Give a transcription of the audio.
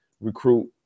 recruit